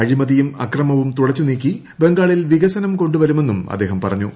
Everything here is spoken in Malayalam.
അഴിമതിയും അക്രമവും തുടച്ച് നീക്കി ബംഗാളിൽ വികസനം കൊണ്ടു വരുമെന്നും അദ്ദേഹം പറഞ്ഞു